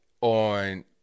on